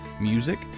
music